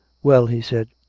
well, he said,